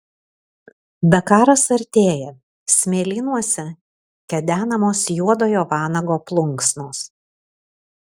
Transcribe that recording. dakaras artėja smėlynuose kedenamos juodojo vanago plunksnos